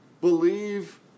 Believe